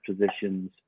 positions